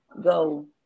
go